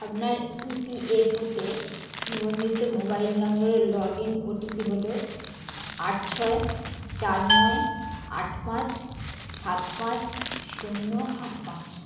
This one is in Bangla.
আপনার ইপিএফওতে নিবন্ধিত মোবাইল নম্বরের লগ ইন ওটিপি হল আট ছয় চার নয় আট পাঁচ সাত পাঁচ শূন্য আট পাঁচ